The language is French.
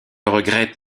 regrette